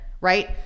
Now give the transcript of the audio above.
right